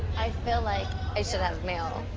i feel like i should have mail.